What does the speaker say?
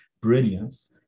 brilliance